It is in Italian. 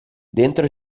dentro